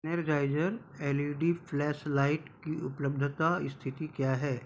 energiser L E D flashlight की उपलब्धता स्थिति क्या है